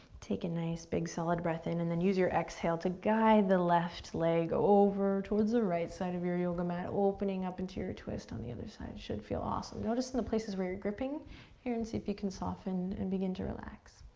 take a nice, big, solid breath in and then use your exhale to guide the left leg over towards the right side of your yoga mat, opening up into your twist on the other side, should feel awesome. notice in the places where you're gripping here, and see if you can soften and begin to relax.